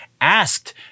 asked